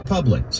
Public